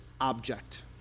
object